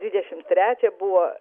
dvidešim trečią buvo